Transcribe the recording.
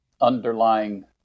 underlying